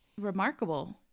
remarkable